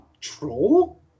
troll